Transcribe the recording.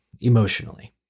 emotionally